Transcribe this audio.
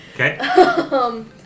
Okay